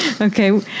Okay